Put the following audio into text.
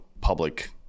public